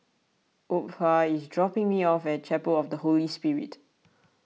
Opha is dropping me off at Chapel of the Holy Spirit